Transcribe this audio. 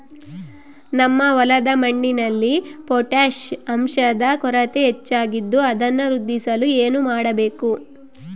ನಮ್ಮ ಹೊಲದ ಮಣ್ಣಿನಲ್ಲಿ ಪೊಟ್ಯಾಷ್ ಅಂಶದ ಕೊರತೆ ಹೆಚ್ಚಾಗಿದ್ದು ಅದನ್ನು ವೃದ್ಧಿಸಲು ಏನು ಮಾಡಬೇಕು?